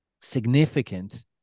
significant